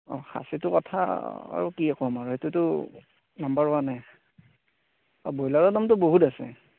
অ খাচীটো কথা আৰু কি ক'ম আৰু সেইটোটো নাম্বাৰ ওৱানেই অ ব্ৰইলাৰৰ দামটো বহুত আছে